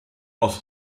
aus